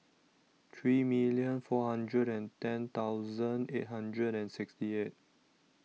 three million four hundred and ten thousand eight hundred and sixty eight